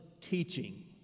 teaching